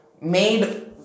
made